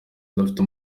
udafite